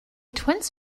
twins